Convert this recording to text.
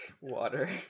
Water